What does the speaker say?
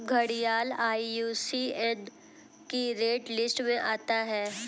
घड़ियाल आई.यू.सी.एन की red list में आता है